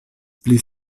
pli